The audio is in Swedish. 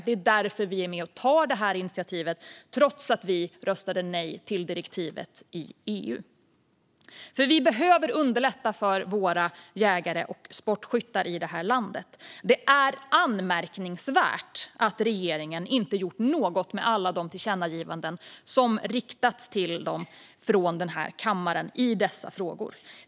Därför är vi med och tar det här initiativet, trots att vi röstade nej till direktivet i EU. Vi behöver underlätta för våra jägare och sportskyttar i landet. Det är anmärkningsvärt att regeringen inte har gjort något med alla de tillkännagivanden som har riktats till dem från den här kammaren i dessa frågor.